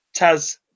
Taz